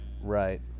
Right